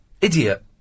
Idiot